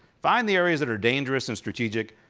find the areas that are dangerous and strategic,